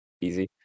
easy